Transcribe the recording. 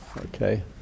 Okay